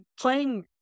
playing